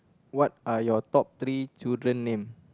what are your top three children name